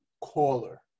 Caller